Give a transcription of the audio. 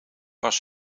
was